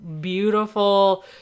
beautiful